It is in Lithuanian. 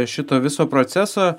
šito viso proceso